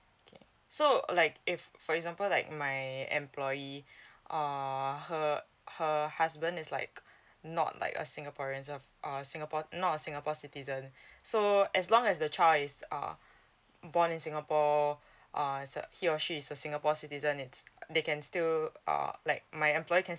okay so like if for example like my employee err her her husband is like not like a singaporean of err singapore not a singapore citizen so as long as the child is uh born in singapore uh is uh he or she is a singapore citizen it's they can still uh like my employer can